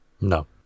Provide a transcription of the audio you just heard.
no